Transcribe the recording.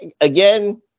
again